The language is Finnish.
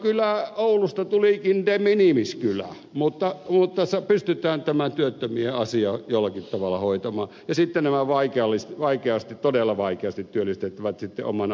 teknokylä oulusta tulikin de minimis kylä mutta pystytään tämä työttömien asia jollakin tavalla hoitamaan ja sitten nämä todella vaikeasti työllistettävät omana hommanaan